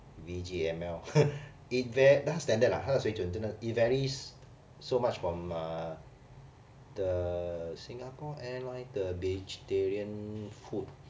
V_G_M_L it very standard lah 他的水准真的 it varies so much from uh the singapore airlines 的 vegetarian food